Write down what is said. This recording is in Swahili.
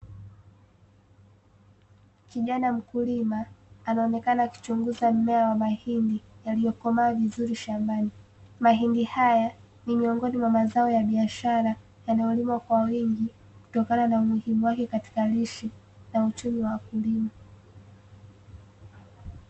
Kijana mkulima, anaonekana akichunguza mmea wa mahindi yaliyokomaa vizuri shambani, mahindi haya, ni miongoni mwa mazao ya biashara yanayolimwa kwa wingi, kutokana na umuhimu wake katika lishe na uchumi wa wakulima.